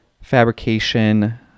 fabrication